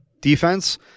defense